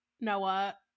Noah